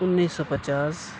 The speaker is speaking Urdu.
انیس سو پچاس